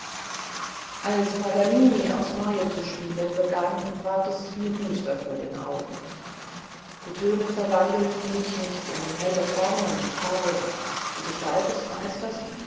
als paganini aufs neue zu spielen begann ward es mir düster vor den augen die töne verwandelten sich nicht in helle formen und farben die gestalt des meisters